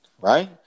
right